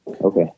Okay